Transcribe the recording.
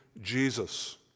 Jesus